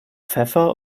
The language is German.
pfeffer